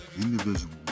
individual